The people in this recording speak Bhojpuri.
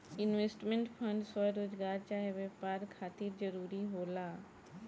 इन्वेस्टमेंट फंड स्वरोजगार चाहे व्यापार खातिर जरूरी होला